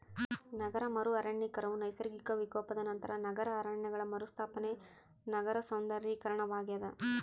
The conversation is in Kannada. ನಗರ ಮರು ಅರಣ್ಯೀಕರಣವು ನೈಸರ್ಗಿಕ ವಿಕೋಪದ ನಂತರ ನಗರ ಅರಣ್ಯಗಳ ಮರುಸ್ಥಾಪನೆ ನಗರ ಸೌಂದರ್ಯೀಕರಣವಾಗ್ಯದ